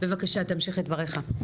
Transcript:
בבקשה, תמשיך את דבריך.